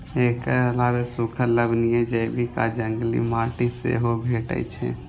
एकर अलावे सूखल, लवणीय, जैविक आ जंगली माटि सेहो भेटै छै